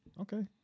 Okay